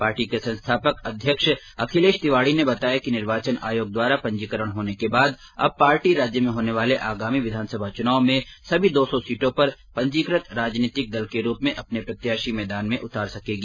party के संस्थापक अध्यक्ष अखिलेश तिवाडी ने बताया कि निर्वाचन आयोग द्वारा पंजीकरण होने के बाद अब पार्टी राज्य में होने वाले आगामी विधानसभा चुनावों में सभी दो सौ सीटों पर पंजीकृत राजनीतिक दल के रूप में अपने प्रत्याशी मैदान में उतार सकेगी